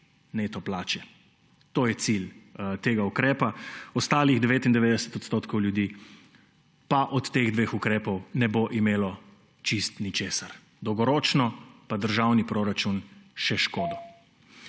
neto plače. To je cilj tega ukrepa. Ostalih 99 odstotkov ljudi pa od teh dveh ukrepov ne bo imelo čisto ničesar, dolgoročno pa državni proračun še škodo.